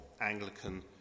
Anglican